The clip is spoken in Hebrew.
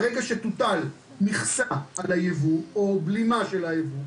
ברגע שתוטל מכסה על הייבוא או בלימה של הייבוא,